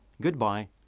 Goodbye